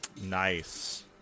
Nice